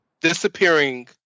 disappearing